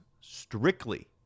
strictly